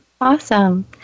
Awesome